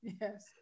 yes